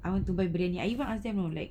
I want to buy biryani I even ask them you know like